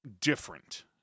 different